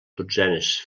dotzenes